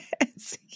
Yes